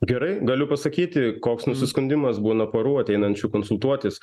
gerai galiu pasakyti koks nusiskundimas būna porų ateinančių konsultuotis